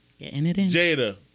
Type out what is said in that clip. Jada